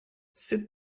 sit